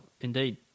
indeed